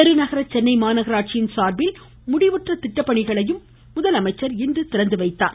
பெருநகர சென்னை மாநகராட்சியின் சார்பில் முடிவுற்ற திட்டப்பணிகளையும் முதலமைச்சர் இன்று திறந்துவைத்தார்